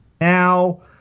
Now